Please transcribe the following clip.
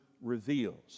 reveals